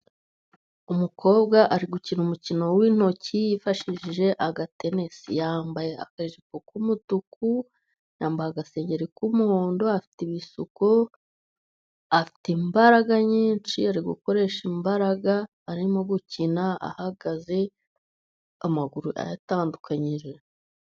Umukobwa ari gukina umukino w' intoki yifashishije agatenisi, yambaye akajipo k' umutuku, yambaye agasengeri k' umuhondo, afite ibisuko, afite imbaraga nyinshi, ari gukoresha imbaraga, arimo gukina ahagaze amaguru ayatandukanyije.